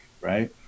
right